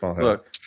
Look